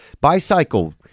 bicycle